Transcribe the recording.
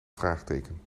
vraagteken